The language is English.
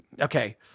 okay